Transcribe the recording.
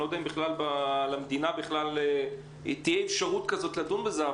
אני לא יודע אם למדינה בכלל תהיה אפשרות לדון בזה,